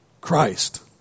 Christ